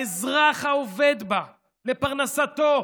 לאזרח העובד בה לפרנסתו,